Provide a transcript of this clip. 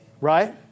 right